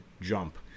Jump